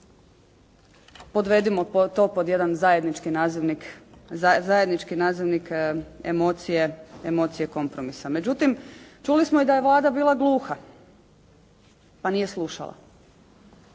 zajednički nazivnik, zajednički nazivnik emocije i kompromisa. Međutim, čuli smo i da je Vlada bila gluha pa nije slušala.